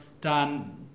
Dan